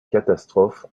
catastrophes